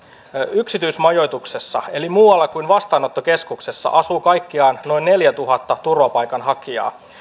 yksityismajoituksessa eli muualla kuin vastaanottokeskuksessa asuu kaikkiaan noin neljätuhatta turvapaikanhakijaa